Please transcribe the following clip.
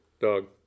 Dog